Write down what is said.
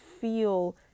feel